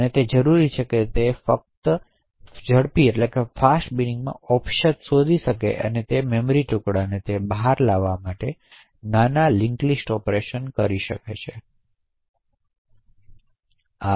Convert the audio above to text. જે જરૂરી છે તે ફક્ત ઝડપી બીનીંગમાં ઑફસેટ શોધવા માટે અને મેમરી ટુકડો બહાર નાના લિંક્સ લિસ્ટ ઑપરેશન કરે છે